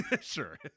Sure